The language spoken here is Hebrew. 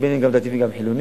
יש גם דתיים וגם חילונים.